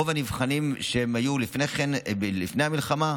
רוב הנבחנים היו לפני המלחמה,